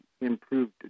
improved